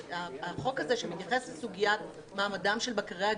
החוק הזה, שמתייחס לסוגיית מעמדם של בקרי הגבול,